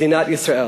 מדינת ישראל.